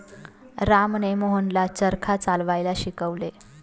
रामने मोहनला चरखा चालवायला शिकवले